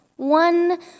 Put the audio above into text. One